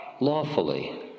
lawfully